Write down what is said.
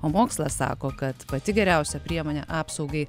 o mokslas sako kad pati geriausia priemonė apsaugai